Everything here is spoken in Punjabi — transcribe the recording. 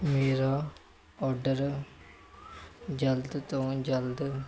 ਮੇਰਾ ਓਡਰ ਜਲਦ ਤੋਂ ਜਲਦ